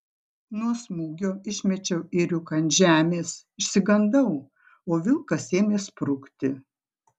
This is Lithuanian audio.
nuo smūgio išmečiau ėriuką ant žemės išsigandau o vilkas ėmė sprukti